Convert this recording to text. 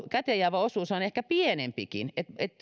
käteen jäävä osuushan on ehkä pienempikin